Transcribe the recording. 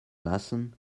lassen